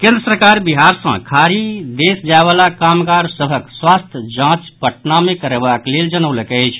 केंद्र सरकार बिहार सँ खाड़ी देश जायवला कामगार सभक स्वास्थ्य जांच पटना मे करयबाक लेल जनौलक अछि